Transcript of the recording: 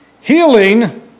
healing